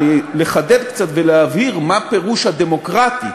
לחדד קצת ולהבהיר מה פירוש ה"דמוקרטית"